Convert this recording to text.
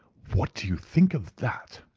what do you think of that?